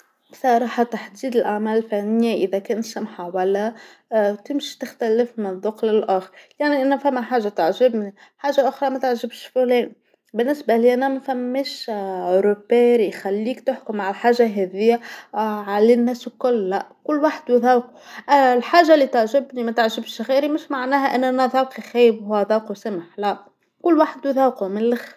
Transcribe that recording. بصراحه تحديد الأعمال الفنيه إذا كان سمحه ولا، تمشي تختلف من ذوق للآخر، يعني أنا ثما حاجه تعجبني، حاجه أخرى ماتعجبش، بالنسبه ليا أنا ما ثماش شيء يخليك تحكم على الحاجه هاذيا على الناس الكل، كل واحد وذوقو، الحاجه اللي تعجبني وماتعجبش غيري مش معناها أن ذوقي خايب وهو ذوقي سمح لاء، كل واحد وذوقو من اللخر.